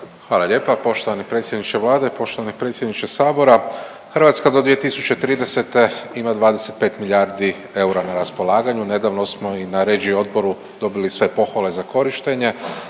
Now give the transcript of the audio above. Hvala lijepa poštovani predsjedniče Vlade, poštovani predsjedniče Sabora. Hrvatska do 2030. ima 25 milijardi eura na raspolaganju, nedavno smo i na REGI odboru dobili sve pohvale za korištenje,